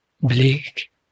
bleak